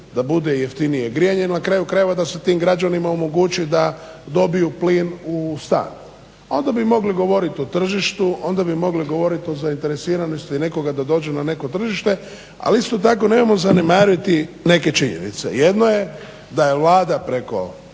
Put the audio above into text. da bude i jeftinije grijanje, jel na kraju krajeva da se tim građanima omogući da dobiju plin u stan. A onda bi mogli govoriti o tržištu, onda bi mogli o zainteresiranosti nekoga da dođe na neko tržište, ali isto tako nemojmo zanemarit neke činjenice. Jedno je da je Vlada preko